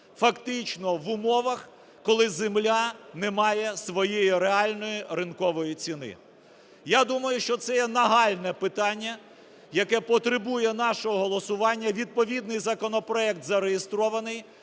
фактично в умовах, коли земля не має своєї реальної ринкової ціни. Я думаю, що це є нагальне питання, яке потребує нашого голосування. Відповідний законопроект зареєстрований,